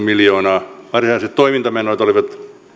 miljoonaa varsinaiset toimintamenot olivat